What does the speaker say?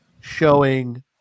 showing